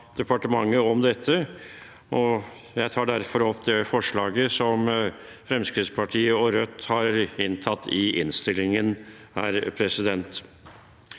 Jeg tar derfor opp det forslaget Fremskrittspartiet og Rødt har inntatt i innstillingen. Klagesakene